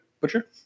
butcher